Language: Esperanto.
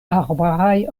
arbaraj